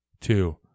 two